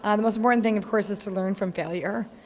ah the most important thing of course is to learn from failure.